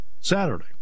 Saturday